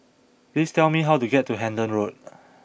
please tell me how to get to Hendon Road